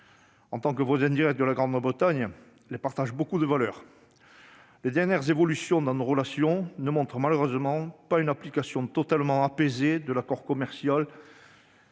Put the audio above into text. En tant que voisine directe de la Grande-Bretagne, elle partage beaucoup de ses valeurs. Les dernières évolutions dans nos relations ne montrent malheureusement pas une application totalement apaisée de l'accord commercial